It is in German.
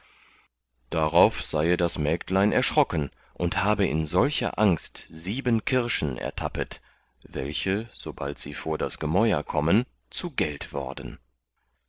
darauf seie das mägdlein erschrocken und habe in solcher angst sieben kirschen ertappet welche sobald sie vor das gemäuer kommen zu geld worden